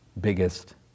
biggest